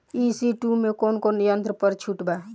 ई.सी two मै कौने कौने यंत्र पर छुट बा?